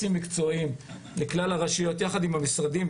מתכננים לקבוע כנסים מקצועיים לכלל הרשויות יחד עם המשרדים.